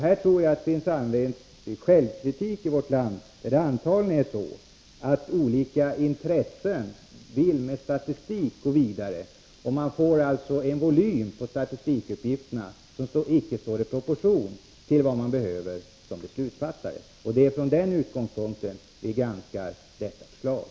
Här tror jag att det finns anledning till självkritik i vårt land, där det antagligen är så att olika intressen vill gå vidare med statistik. Man får alltså en volym på statistikuppgifterna som icke står i proportion till vad man behöver som beslutsfattare. Det är från den utgångspunkten vi granskar detta förslag.